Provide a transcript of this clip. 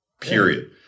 period